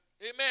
Amen